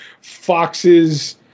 foxes